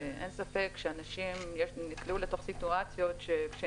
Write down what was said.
ואין ספק שאנשים נקלעו לתוך סיטואציות שכאשר